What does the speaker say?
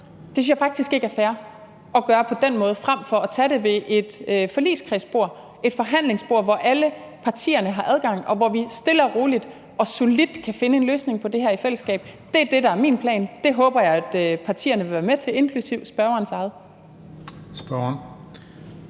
Det synes jeg faktisk ikke er fair at gøre på den måde frem for at tage det ved et forligskredsbord, et forhandlingsbord, hvor alle partierne har adgang, og hvor vi stille og roligt og solidt kan finde en løsning på det her i fællesskab. Det er det, der er min plan. Det håber jeg at partierne vil være med til – inklusive spørgerens eget.